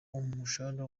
umushahara